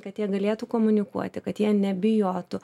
kad jie galėtų komunikuoti kad jie nebijotų